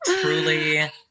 truly